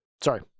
Sorry